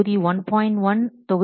1 தொகுதி1